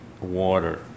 water